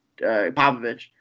Popovich